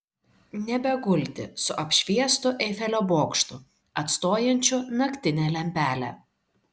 nebegulti su apšviestu eifelio bokštu atstojančiu naktinę lempelę